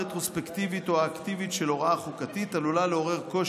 החלה רטרוספקטיבית או אקטיבית של חוק-יסוד לא תעמוד באחד